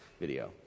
video